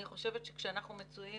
אני חושבת שכשאנחנו מצויים